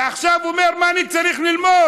ועכשיו הוא אומר: מה אני צריך ללמוד?